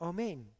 Amen